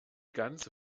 ganze